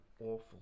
awful